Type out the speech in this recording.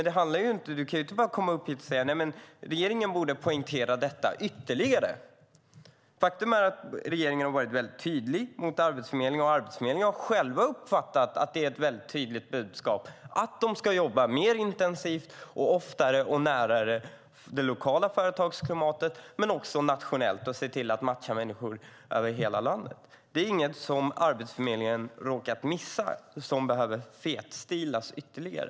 Du kan inte bara komma upp här och säga: Regeringen borde poängtera detta ytterligare. Faktum är att regeringen har varit väldigt tydlig mot Arbetsförmedlingen. Arbetsförmedlingen har själv uppfattat att det är ett väldigt tydligt budskap att den ska jobba mer intensivt, oftare och mer nära de lokala företagen men också nationellt för att se till att matcha människor över hela landet. Det är ingenting som Arbetsförmedlingen råkat missa som behöver fetstilas ytterligare.